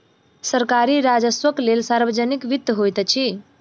सरकारी राजस्वक लेल सार्वजनिक वित्त होइत अछि